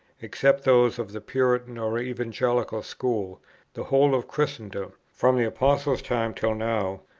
except those of the puritan or evangelical school the whole of christendom, from the apostles' time till now,